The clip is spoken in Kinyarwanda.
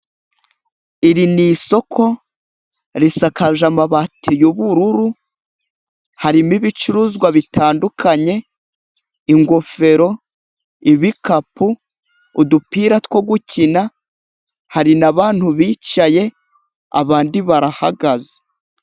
Iri ni isoko risakaje amabati y'ubururu, harimo ibicuruzwa bitandukanye, ingofero, ibikapu, udupira two gukina, hari n'abantu bicaye, abandi barahagaze.